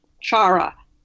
Chara